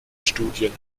studien